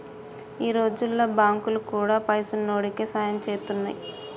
ఈ రోజుల్ల బాంకులు గూడా పైసున్నోడికే సాయం జేత్తున్నయ్